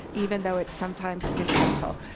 even though it's sometimes distasteful.